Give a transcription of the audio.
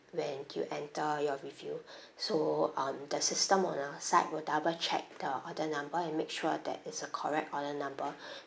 when you enter your review so on the system on our side will double check the order number and make sure that is a correct order number